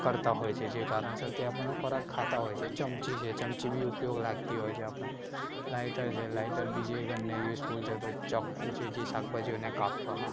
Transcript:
કરતા હોય છે જે કારણસરથી આપણને ખોરાક ખાતા હોય છે ચમચી છે ચમચી બી ઉપયોગ લાગતી હોય છે આપણને લાઇટર છે લાઇટર બી જે ઘરને યુઝફુલ થતું હોય છે ચાકુ છે જે શાભાજીઓને કાપવા